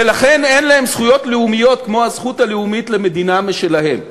ולכן אין להם זכויות לאומיות כמו הזכות הלאומית למדינה משלהם.